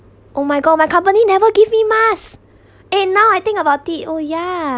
oh my god my company never give me mask and now I think about it oh yeah